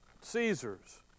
Caesar's